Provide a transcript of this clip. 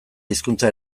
hizkuntza